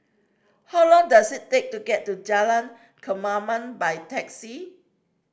how long does it take to get to Jalan Kemaman by taxi